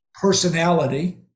personality